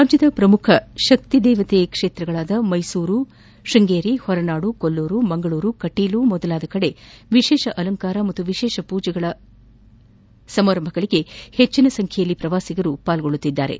ರಾಜ್ಠದ ಪ್ರಮುಖ ಶಕ್ತಿ ಕ್ಷೇತ್ರಗಳಾದ ಮೈಸೂರು ಶೃಂಗೇರಿ ಹೊರನಾಡು ಕೊಲ್ಲೂರು ಮಂಗಳೂರು ಕಟೀಲು ಮೊದಲಾದ ಕಡೆ ವಿಶೇಷ ಅಲಂಕಾರ ಮತ್ತು ವಿಶೇಷ ಪೂಜಾವಿಧಿಗಳು ಹೆಚ್ಚಿನ ಸಂಖ್ಯೆಯಲ್ಲಿ ಪ್ರವಾಸಿಗರು ಭಾಗವಹಿಸುತ್ತಿದ್ದಾರೆ